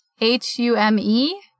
H-U-M-E